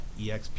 EXP